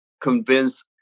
convince